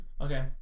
Okay